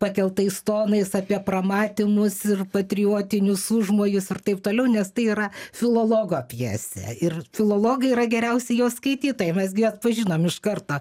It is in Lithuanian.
pakeltais tonais apie pramatymus ir patriotinius užmojus ir taip toliau nes tai yra filologo pjesė ir filologai yra geriausi jos skaitytojai mes gi atpažinom iš karto